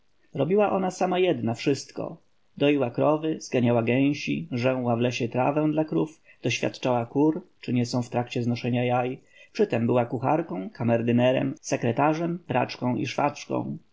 robiła ona sama jedna wszystko doiła krowy zganiała gęsi żęła w lesie trawę dla krów doświadczała kur czy nie są w trakcie znoszenia jaj przytem była kucharką kamerdynerem sekretarzem praczką i